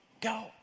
go